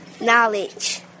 knowledge